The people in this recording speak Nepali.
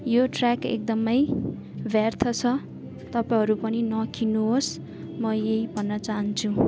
यो ट्र्याक एकदम व्यर्थ छ तपाईँहरू पनि नकिन्नु होस् म यही भन्न चाहन्छु